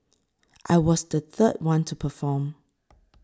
I was the third one to perform